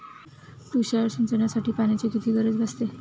तुषार सिंचनासाठी पाण्याची किती गरज भासते?